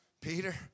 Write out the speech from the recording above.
Peter